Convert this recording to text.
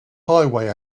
highway